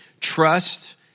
trust